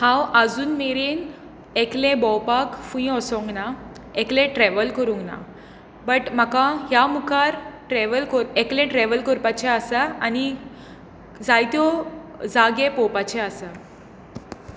हांव आजून मेरेन एकलें भोंवपाक खंय वचूंक ना एकले ट्रेवल करूंक ना बट म्हाका ह्या मुखार ट्रेवल कर एकले ट्रेवल कोरपाचे आसा आनी जायत्यो जागे पळोवपाचें आसा